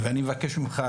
אני מבקש ממך,